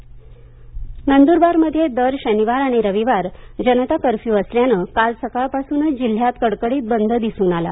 नंद्रबार नंद्रबारमध्ये दर शनिवार आणि रविवार जनता कर्फ्यू असल्यानं काल सकाळपासुनच जिल्ह्यात कडकडीत बंद दिसुन आला